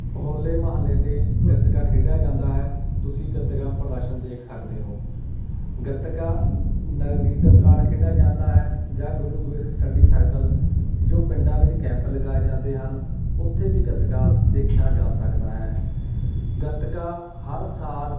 ਹੋਲੇ ਮਹੱਲੇ 'ਤੇ ਗਤਕਾ ਖੇਡਿਆ ਜਾਂਦਾ ਹੈ ਤੁਸੀਂ ਗਤਕਾ ਪ੍ਰਦਰਸ਼ਨ ਦੇਖ ਸਕਦੇ ਹੋ ਗਤਕਾ ਨਗਰ ਕੀਰਤਨ ਦੌਰਾਨ ਖੇਡਿਆ ਜਾਂਦਾ ਹੈ ਜਾਂ ਗੁਰੂ ਸਟਡੀ ਸਰਕਲ ਜੋ ਪਿੰਡਾਂ ਵਿੱਚ ਕੈਂਪ ਲਗਾਏ ਜਾਂਦੇ ਹਨ ਉੱਥੇ ਵੀ ਗਤਕਾ ਦੇਖਿਆ ਜਾ ਸਕਦਾ ਹੈ ਗਤਕਾ ਹਰ ਸਾਲ